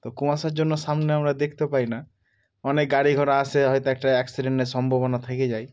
কুয়াশার জন্য সামনে আমরা দেখতে পাই না অনেক গাড়ি ঘোড়া আসে হয়তো একটা অ্যাক্সিডেন্টের সম্ভাবনা থেকে যায়